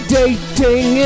dating